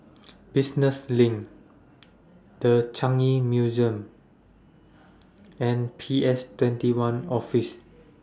Business LINK The Changi Museum and P S twenty one Office